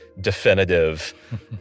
definitive